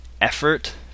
effort